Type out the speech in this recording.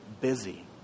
busy